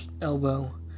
elbow